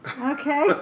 Okay